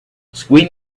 screen